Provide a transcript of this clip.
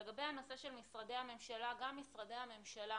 לגבי הנושא של משרדי הממשלה גם משרדי הממשלה